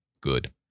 Good